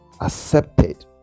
accepted